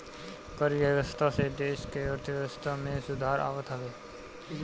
कर व्यवस्था से देस के अर्थव्यवस्था में सुधार आवत हवे